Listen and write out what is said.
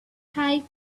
pay